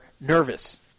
nervous